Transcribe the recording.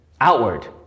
outward